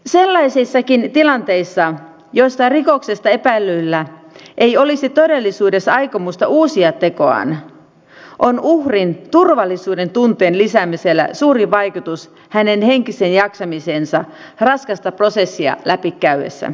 sellaisissakin tilanteissa joissa rikoksesta epäillyllä ei olisi todellisuudessa aikomusta uusia tekoaan on uhrin turvallisuuden tunteen lisäämisellä suuri vaikutus hänen henkiseen jaksamiseensa raskasta prosessia läpikäydessään